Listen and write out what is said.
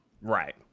Right